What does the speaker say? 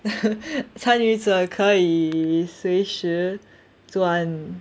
参与者可以随时转